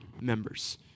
members